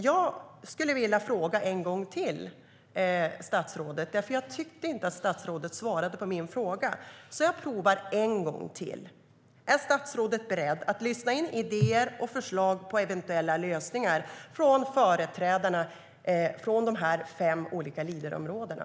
Jag skulle vilja fråga statsrådet en gång till - jag tyckte inte att statsrådet svarade på min fråga, så jag provar en gång till: Är statsrådet beredd att lyssna in idéer och förslag på eventuella lösningar från företrädarna för de här fem olika Leaderområdena?